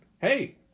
hey